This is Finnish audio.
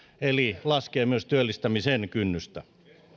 eli laskee myös työllistämisen kynnystä